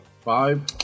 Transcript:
Five